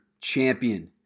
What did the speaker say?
champion